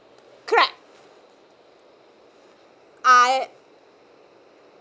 correct I